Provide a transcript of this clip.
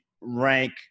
rank